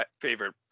favorite